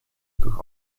durch